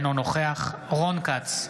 אינו נוכח רון כץ,